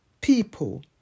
people